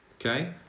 okay